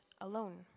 alone